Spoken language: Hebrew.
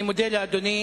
אני מודה לאדוני.